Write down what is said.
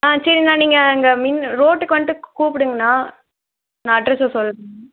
ஆ சரிண்ணா நீங்கள் அங்கே மின் ரோடுக்கு வந்துட்டு கூப்பிடுங்கண்ணா நான் அட்ரஸில் சொல்கிறேன்